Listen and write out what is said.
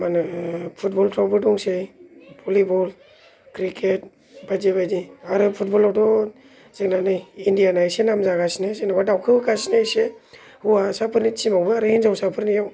मानि फुटबलफ्रावबो दंसै भलिबल क्रिकेट बायदि बायदि आरो फुटबल आवथ' जोंना नै इण्डियान ना एसे नाम जागासिनो जेन'बा दावखो गासिनो एसे हौवासाफोरनि थिमाबो आरो हिनजावसा फोरनियाव